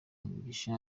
mugisha